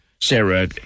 Sarah